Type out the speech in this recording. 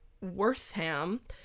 Wortham